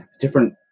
different